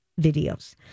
videos